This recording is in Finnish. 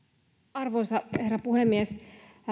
arvoisa herra puhemies